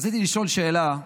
רציתי לשאול שאלה: